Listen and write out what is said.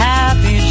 Happy